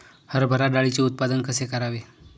हरभरा डाळीचे उत्पादन कसे करावे?